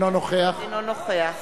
אינו נוכח